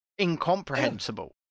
incomprehensible